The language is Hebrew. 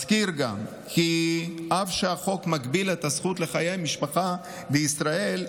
אזכיר גם כי אף שהחוק מגביל את הזכות לחיי משפחה בישראל,